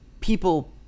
people